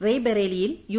റെയ്ബറേലിയിൽ U